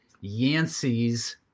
Yancey's